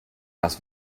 was